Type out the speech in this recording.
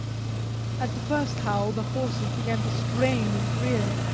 at the first howl the horses began to strain and rear,